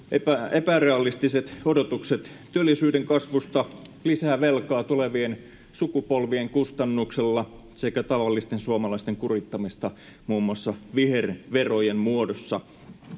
epärealistiset odotukset työllisyyden kasvusta lisää velkaa tulevien sukupolvien kustannuksella sekä tavallisten suomalaisten kurittamista muun muassa viherverojen muodossa